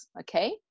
Okay